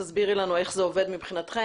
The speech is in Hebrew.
תסבירי לנו איך זה עובד מבחינתכם